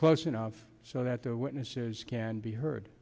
close enough so that the witnesses can be heard